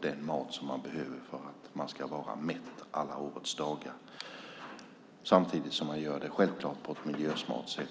den mat de behöver för att vara mätta alla årets dagar, samtidigt som detta självklart måste göras på ett miljösmart sätt.